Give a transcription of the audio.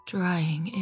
Drying